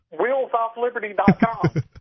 WheelsOffLiberty.com